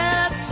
up